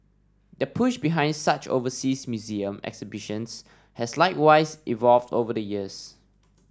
the push behind such overseas museum exhibitions has likewise evolved over the years